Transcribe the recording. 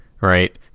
right